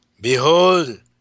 Behold